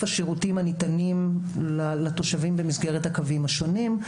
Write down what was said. השירותים הניתנים לתושבים במסגרת הקווים השונים.